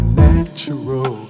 natural